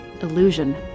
illusion